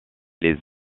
les